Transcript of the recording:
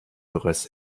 bereits